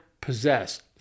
possess